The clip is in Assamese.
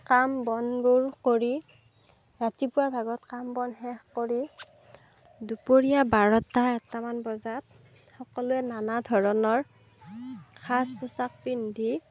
কাম বনবোৰ কৰি ৰাতিপুৱাৰ ভাগত কাম বন শেষ কৰি দুপৰীয়া বাৰটা এটা মান বজাত সকলোৱে নানা ধৰণৰ সাজ পোছাক পিন্ধি